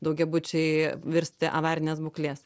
daugiabučiai virsti avarinės būklės